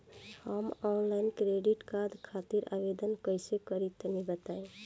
हम online credit card खातिर आवेदन कइसे करि तनि बताई?